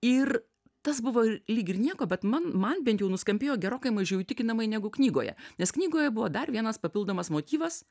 ir tas buvo lyg ir nieko bet man man bent jau nuskambėjo gerokai mažiau įtikinamai negu knygoje nes knygoje buvo dar vienas papildomas motyvas